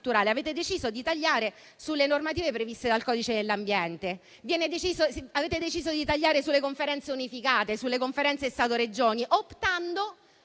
avete deciso di tagliare sulle normative previste dal codice dell'ambiente; avete deciso di tagliare sulle conferenze unificate, sulle conferenze Stato-Regioni, optando